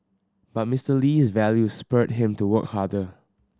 but Mister Lee's values spurred him to work harder